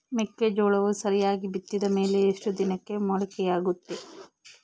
ಮೆಕ್ಕೆಜೋಳವು ಸರಿಯಾಗಿ ಬಿತ್ತಿದ ಮೇಲೆ ಎಷ್ಟು ದಿನಕ್ಕೆ ಮೊಳಕೆಯಾಗುತ್ತೆ?